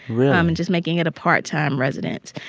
really. um and just making it a part-time residence.